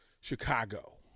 Chicago